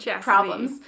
problems